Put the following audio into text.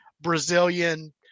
Brazilian